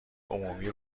عمومی